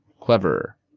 cleverer